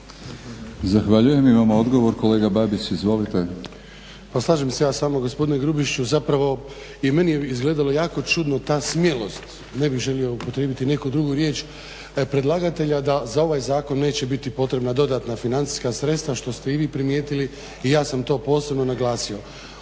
Zahvaljujem. Imamo odgovor, kolega Babić izvolite.